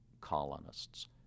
colonists